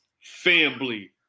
family